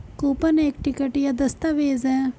coupon एक ticket या दस्तावेज़ है